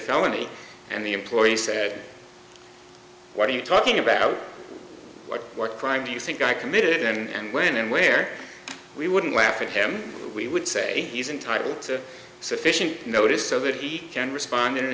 felony and the employee said what are you talking about what crime do you think i committed and when and where we wouldn't laugh at him we would say he's entitled to sufficient notice so that he can respond